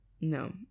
no